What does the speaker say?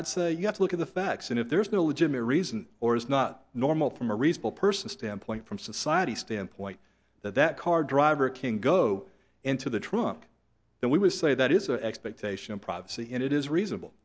i'd say you have to look at the facts and if there's no legitimate reason or is not normal from a reasonable person standpoint from society standpoint that that car driver can go into the trunk then we would say that is an expectation of privacy and it is reasonable